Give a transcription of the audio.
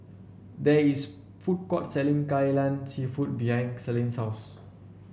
there is food court selling Kai Lan seafood behind Selene's house